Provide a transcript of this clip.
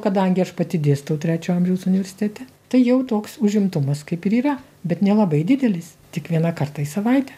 kadangi aš pati dėstau trečio amžiaus universitete tai jau toks užimtumas kaip ir yra bet nelabai didelis tik vieną kartą į savaitę